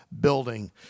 building